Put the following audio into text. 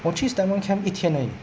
我去 stagmont camp 一天而已